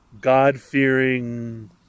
god-fearing